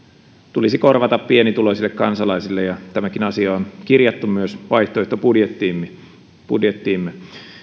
tulisi korvata pienituloisille kansalaisille tämäkin asia on kirjattu myös vaihtoehtobudjettiimme